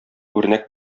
үрнәк